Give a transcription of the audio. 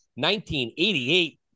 1988